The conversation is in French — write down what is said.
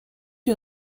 une